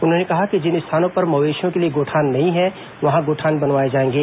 उन्होंने कहा कि जिन स्थानों पर मवेशियों के लिए गोठान नहीं है वहां गोठान बनवाए जाएंगे